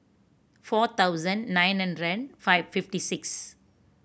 four thousand nine hundred five fifty six